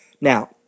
Now